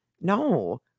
No